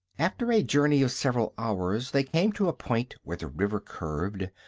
after a journey of several hours they came to a point where the river curved,